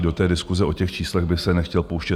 Do té diskuse o těch číslech by se nechtěl pouštět.